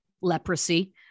leprosy